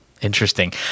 Interesting